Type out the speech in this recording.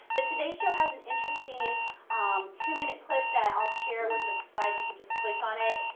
the today show has an interesting um two-minute clip that i'll share with a slide you can just click on it.